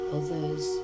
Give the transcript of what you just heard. others